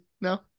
No